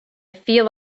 feel